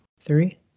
Three